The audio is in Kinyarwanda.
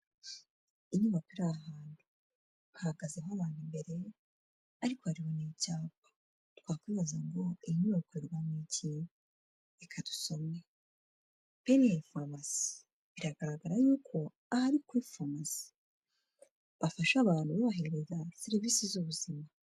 inyubako iraha hantu hahagazeho abantu imbere ariko hariho n'icyapa twakwibaza ngo iyi nyubako hakorerwamo iki? Reka dusome. paining phormacie biragaragara y'uko aha ari kuri forumasi bafasha abantu babahereza serivisi z'ubuzima.